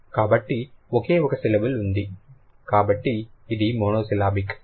కాబట్టి ఒకే ఒక సిలబుల్ ఉంది కాబట్టి ఇది మోనోసిలాబిక్